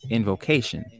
Invocation